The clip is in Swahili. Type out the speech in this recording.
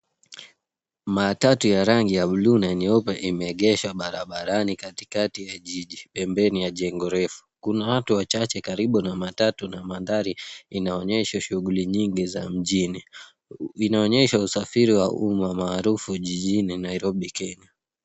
Matatu ya rangi ya bluu na nyeupe imeegeshwa barabarani katikati ya jiji pembeni ya jengo refu. Kuna watu wachache karibu na matatu na mandhari inaonyesha shughuli nyingi za jijini. Inaonyesha usafiri wa umma maarufu jijini Nairobi kenya.